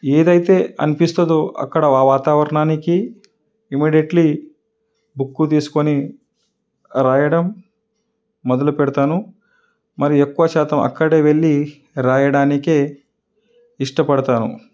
ఏదైతే అనిపిస్తుందో అక్కడ ఆ వాతావరణానికి ఇమీడియట్లీ బుక్కు తీసుకుని రాయడం మొదలు పెడతాను మరి ఎక్కువ శాతం అక్కడే వెళ్ళి రాయడానికే ఇష్టపడతాను